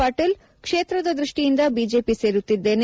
ಪಾಟೀಲ್ ಕ್ಷೇತ್ರದ ದೃಷ್ಟಿಯಿಂದ ಬಿಜೆಪಿ ಸೇರುತ್ತಿದ್ದೇನೆ